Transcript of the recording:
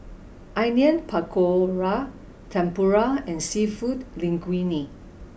Onion Pakora Tempura and Seafood Linguine